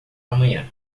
amanhã